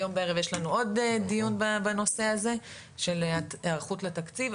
היום בערב יש לנו עוד דיון בנושא הזה של היערכות לתקציב,